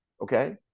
okay